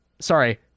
sorry